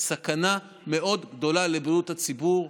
סכנה מאוד גדולה לבריאות הציבור.